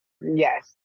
Yes